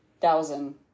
thousand